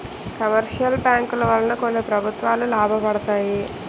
commercial బ్యాంకుల వలన కొన్ని ప్రభుత్వాలు లాభపడతాయి